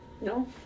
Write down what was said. No